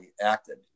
acted